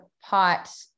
pot